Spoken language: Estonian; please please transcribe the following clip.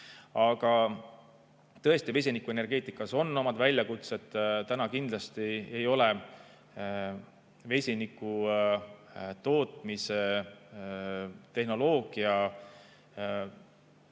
Aga tõesti, vesinikuenergeetikal on oma väljakutsed. Täna kindlasti ei ole vesiniku tootmise tehnoloogia tootmismahud